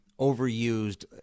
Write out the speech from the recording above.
overused